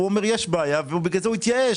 והוא אומר יש בעיה ובגלל זה הוא התייאש